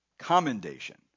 commendation